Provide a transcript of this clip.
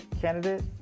candidate